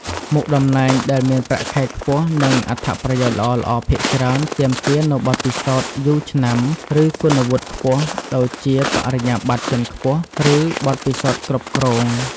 មុខតំណែងដែលមានប្រាក់ខែខ្ពស់ និងអត្ថប្រយោជន៍ល្អៗភាគច្រើនទាមទារនូវបទពិសោធន៍យូរឆ្នាំ ឬគុណវុឌ្ឍិខ្ពស់ ដូចជាបរិញ្ញាបត្រជាន់ខ្ពស់ ឬបទពិសោធន៍គ្រប់គ្រង។